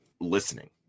listening